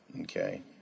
okay